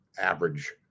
average